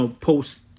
post